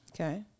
Okay